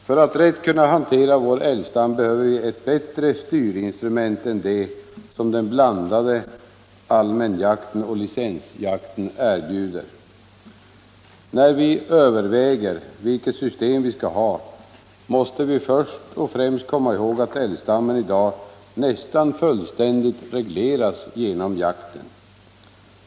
För att rätt kunna hantera vår älgstam behöver vi ett bättre styrinstrument än det som den blandade allmänjakten och licensjakten erbjuder. När vi överväger vilket system vi skall ha, måste vi först och främst komma ihåg att älgstammen i dag nästan fullständigt regleras genom jakten.